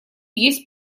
есть